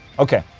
ok,